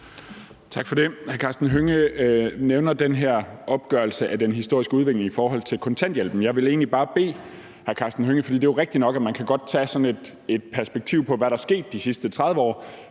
Tak for det. Hr. Karsten Hønge nævner den her opgørelse af den historiske udvikling i forhold til kontanthjælpen. Det er jo rigtigt nok, at man godt kan have sådan et perspektiv på, hvad der er sket de sidste 30 år,